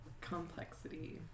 Complexity